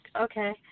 okay